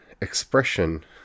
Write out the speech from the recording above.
expression